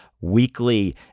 weekly